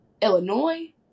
Illinois